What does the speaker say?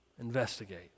investigate